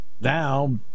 Now